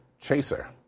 chaser